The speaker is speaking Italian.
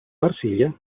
marsiglia